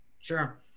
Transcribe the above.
Sure